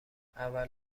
اول